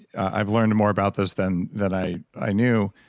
i've learned more about this than than i i knew.